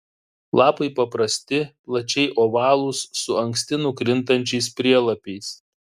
lapai paprasti plačiai ovalūs su anksti nukrintančiais prielapiais